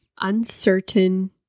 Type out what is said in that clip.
uncertain